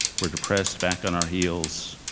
we're depressed backed on our heels.